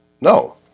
no